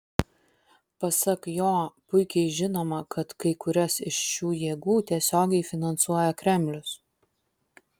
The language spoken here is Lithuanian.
pasak jo puikiai žinoma kad kai kurias iš šių jėgų tiesiogiai finansuoja kremlius